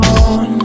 on